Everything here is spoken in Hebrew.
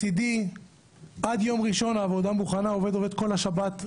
מצדי עד יום ראשון העבודה מוכנה ועובד עובד כל השבת.